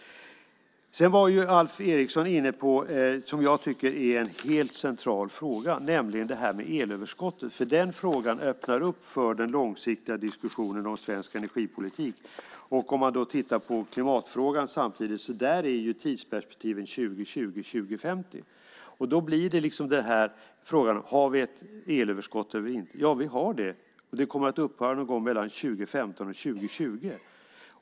Sedan var Alf Eriksson inne på en som jag tycker helt central fråga, nämligen elöverskottet. Den frågan öppnar upp för den långsiktiga diskussionen om svensk energipolitik. Om man tittar på klimatfrågan samtidigt - där tidsperspektivet är 2020-2050 - blir frågan: Har vi ett elöverskott eller inte? Vi har det, och det kommer att upphöra någon gång mellan 2015 och 2020.